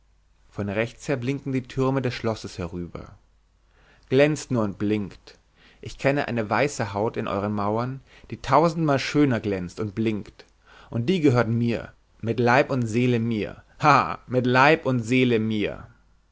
von rechts her blinkten die türme des schlosses herüber glänzt nur und blinkt ich kenne eine weiße haut in euren mauern die tausendmal schöner glänzt und blinkt und die gehört mir mit leib und seele mir haha mit leib und seele mir